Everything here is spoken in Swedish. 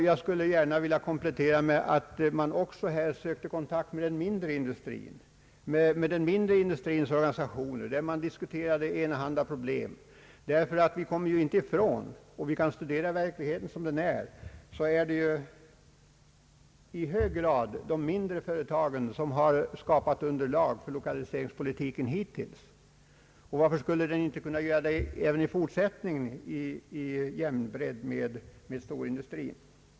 Jag skulle som komplettering gärna vilja föreslå att man söker kontakt även med den mindre industrins organisationer för att diskutera enahanda problem, ty om vi studerar verkligheten som den är, kan vi inte bortse från att det i stor usträckning är de mindre företagen som i hög grad har skapat underlag för lokaliseringspolitiken hittills, och varför skulle den inte kunna göra det i fortsättningen jämsides med storindustrin?